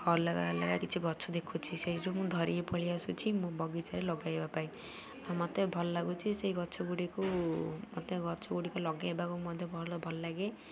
ଅଲଗା ଅଲଗା କିଛି ଗଛ ଦେଖୁଛି ସେଇଠୁ ମୁଁ ଧର ପଳି ଆସୁଛି ମୋ ବଗିଚାରେ ଲଗାଇବା ପାଇଁ ଆଉ ମତେ ଭଲ ଲାଗୁଚି ସେଇ ଗଛ ଗୁଡ଼ିକୁ ମତେ ଗଛ ଗୁଡ଼ିକ ଲଗେଇବାକୁ ମତେ ଭଲ ଭଲ ଲାଗେ